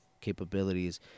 capabilities